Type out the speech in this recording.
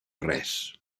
res